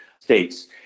states